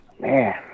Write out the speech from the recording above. Man